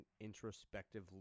introspective